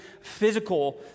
physical